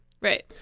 right